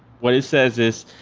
what is says is,